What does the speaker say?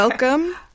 Welcome